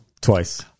twice